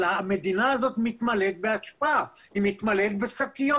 אבל המדינה הזאת מתמלאת באשפה, היא מתמלאת בשקיות,